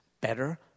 Better